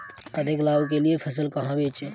अधिक लाभ के लिए फसल कहाँ बेचें?